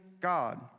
God